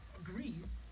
agrees